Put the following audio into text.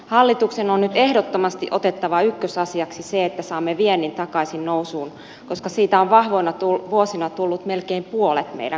hallituksen on nyt ehdottomasti otettava ykkösasiaksi se että saamme viennin takaisin nousuun koska siitä on vahvoina vuosina tullut melkein puolet meidän kansantuotteestamme